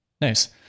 Nice